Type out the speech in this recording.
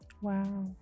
wow